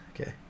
okay